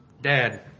Dad